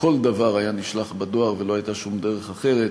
שכל דבר היה נשלח בדואר ולא הייתה שום דרך אחרת.